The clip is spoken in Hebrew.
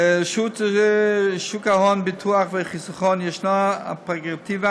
לרשות שוק ההון, ביטוח וחיסכון ישנה הפררוגטיבה